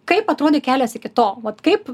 kaip atrodė kelias iki to vat kaip